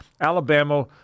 Alabama